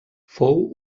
fou